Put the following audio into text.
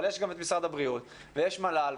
אבל יש גם את משרד הבריאות ויש מל"ל,